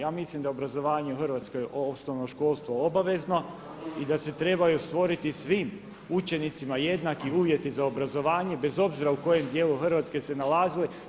Ja mislim da obrazovanje u Hrvatskoj osnovnoškolsko obavezno i da se trebaju stvoriti svim učenicima jednaki uvjeti za obrazovanje bez obzira u kojem djelu Hrvatske se nalazili.